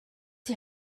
die